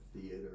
Theater